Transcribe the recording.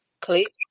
Click